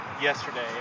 yesterday